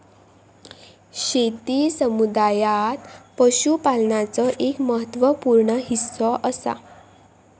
शेती समुदायात पशुपालनाचो एक महत्त्व पूर्ण हिस्सो असा